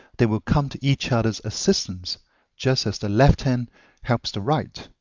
they will come to each other's assistance just as the left hand helps the right.